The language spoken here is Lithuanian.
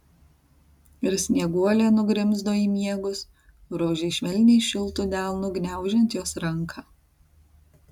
ir snieguolė nugrimzdo į miegus rožei švelniai šiltu delnu gniaužiant jos ranką